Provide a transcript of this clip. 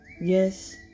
Yes